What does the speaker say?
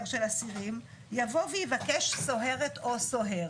של אסירים יבוא ויבקש סוהרת או סוהר.